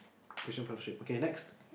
christian fellowship okay next